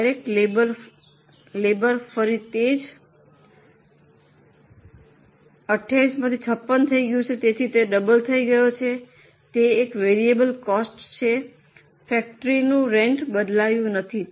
direct labour ફરી તે જ 28 56 તેથી તે ડબલ થઈ ગયો છે તે એક વેરિયેબલ કોસ્ટ છે ફેક્ટરીનું રેન્ટ બદલાયું નથી